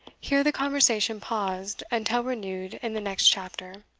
here the conversation paused, until renewed in the next chapter.